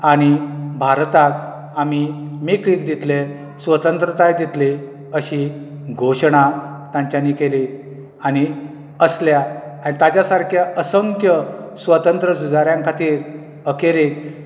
आनी भारताक आमी मेकळीक दितले स्वतंत्रताय दितली अशी घोशणा तांच्यानी केली आनी असल्या आनी ताच्या सारक्या असंख्य स्वतंत्र झुजाऱ्यां खातीर अखेरेक